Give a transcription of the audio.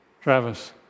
Travis